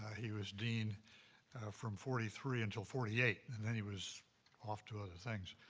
he was dean from forty three until forty eight and then he was off to other things,